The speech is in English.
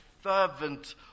fervent